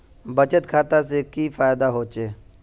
बचत खाता से की फायदा होचे?